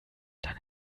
dann